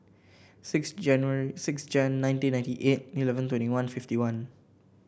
six January six Jan nineteen ninety eight eleven twenty one fifty one